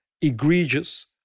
egregious